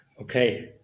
okay